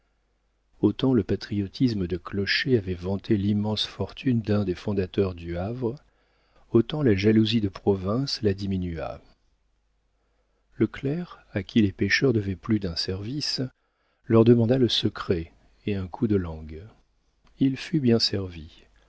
autant le patriotisme de clocher avait vanté l'immense fortune d'un des fondateurs du havre autant la jalousie de province la diminua le clerc à qui les pêcheurs devaient plus d'un service leur demanda le secret et un coup de langue il fut bien servi